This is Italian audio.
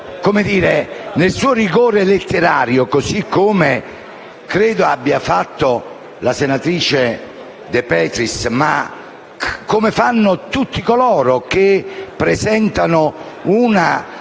interpretato nel suo rigore letterario, così come credo abbia fatto la senatrice De Petris, ma come fanno tutti coloro che presentano una